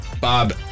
Bob